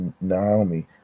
Naomi